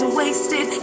wasted